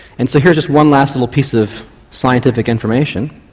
and so here's just one last little piece of scientific information.